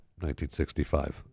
1965